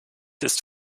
ist